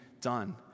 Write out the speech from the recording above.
done